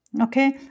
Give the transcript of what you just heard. okay